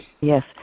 Yes